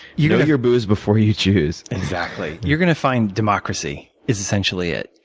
you know your booze before you choose. exactly. you're going to find democracy is essentially it.